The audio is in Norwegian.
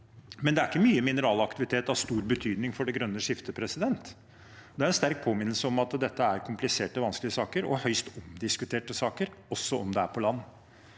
men det er ikke mye mineralaktivitet av stor betydning for det grønne skiftet. Det er en sterk påminnelse om at dette er kompliserte og vanskelige saker, og høyst omdiskuterte saker, også om det er på land.